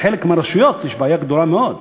בחלק מהרשויות יש בעיה גדולה מאוד.